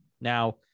Now